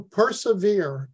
persevere